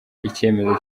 icyemezo